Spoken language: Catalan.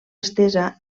estesa